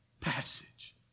passage